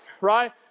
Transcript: right